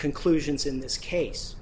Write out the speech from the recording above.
conclusions in this case